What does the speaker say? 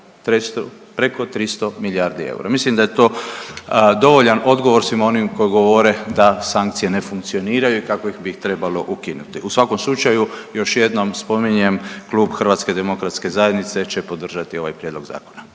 preko 300 milijardi eura. Mislim da je to dovoljan odgovor svima onima koji govore da sankcije ne funkcioniraju i kako bi ih trebalo ukinuti. U svakom slučaju još jednom spominjem Klub Hrvatske demokratske zajednice će podržati ovaj prijedlog zakona.